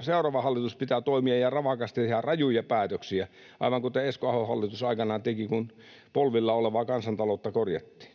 seuraavan hallituksen pitää toimia ja ravakasti ja tehdä rajuja päätöksiä, aivan kuten Esko Ahon hallitus aikanaan teki, kun polvillaan olevaa kansantaloutta korjattiin